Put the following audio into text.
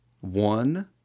one